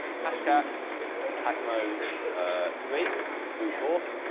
hashcat attack mode three, which is brute force,